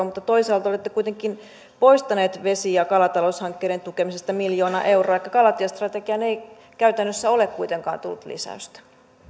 mutta toisaalta olette kuitenkin poistaneet vesi ja kalataloushankkeiden tukemisesta miljoona euroa elikkä kalatiestrategiaan ei käytännössä ole kuitenkaan tullut lisäystä